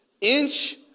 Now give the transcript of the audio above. inch